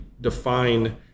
define